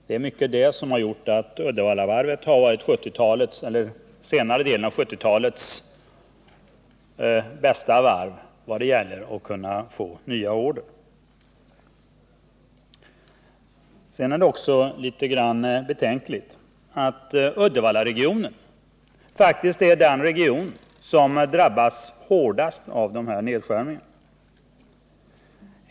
Det är mycket detta som gjort att Uddevallavarvet under senare delen av 1970-talet varit bäst på att få nya order. Det är betänkligt att Uddevallaregionen är den region som drabbas hårdast av dessa nedskärningar.